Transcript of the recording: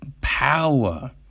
power